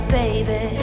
baby